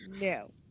no